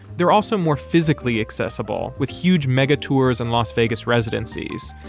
they're also more physically accessible with huge mega tours and las vegas residences.